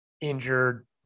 injured